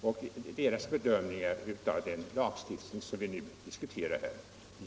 och deras bedömningar av den lagstiftning som vi nu diskuterar.